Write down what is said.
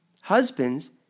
husbands